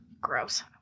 Gross